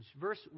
Verse